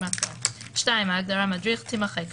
(2) ההגדרה "מדריך" תימחק,